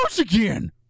again